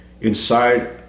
inside